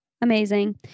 Amazing